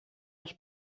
els